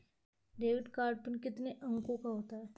Debit card pin कितने अंकों का होता है?